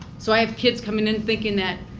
so i have kids coming in thinking that,